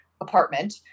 apartment